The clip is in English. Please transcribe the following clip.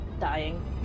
Dying